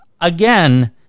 again